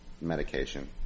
medication